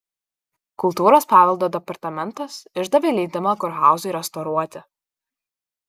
kultūros paveldo departamentas išdavė leidimą kurhauzui restauruoti